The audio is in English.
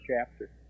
chapter